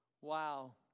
wow